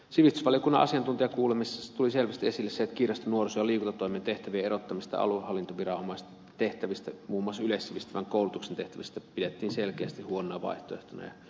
sivistysvaliokunnan asiantuntijakuulemisessa tuli selvästi esille se että kirjasto nuoriso ja liikuntatoimen tehtävien erottamista aluehallintoviranomaistehtävistä muun muassa yleissivistävän koulutuksen tehtävistä pidettiin selkeästi huonona vaihtoehtona